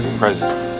president